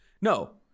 No